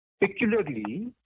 Particularly